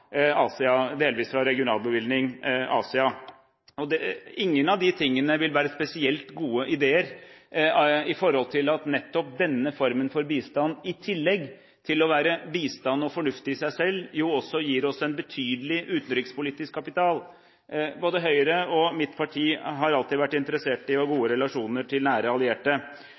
Asia. Ingen av disse kuttene vil være spesielt gode ideer, for nettopp denne formen for bistand, i tillegg til å være bistand og fornuftig i seg selv, gir oss også en betydelig utenrikspolitisk kapital. Både Høyre og mitt parti har alltid vært interessert i å ha gode relasjoner til nære allierte.